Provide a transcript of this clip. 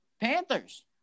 Panthers